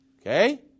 Okay